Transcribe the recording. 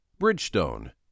Bridgestone